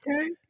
okay